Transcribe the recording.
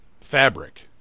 fabric